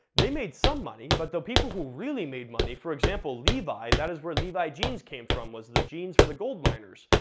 they made some money, but the people who really made money, for example, levi, that is where levi jeans came from, was the jeans for the gold miners,